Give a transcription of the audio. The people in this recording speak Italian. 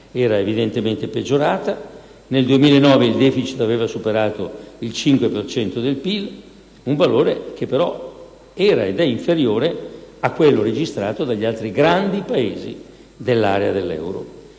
era evidentemente peggiorata; nel 2009 il *deficit* aveva superato il 5 per cento del PIL, valore che però era, ed è, inferiore a quello registrato dagli altri grandi Paesi dell'area dell'euro.